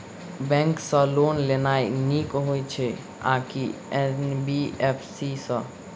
Bank सँ loan लेनाय नीक होइ छै आ की एन.बी.एफ.सी सँ?